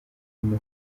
muha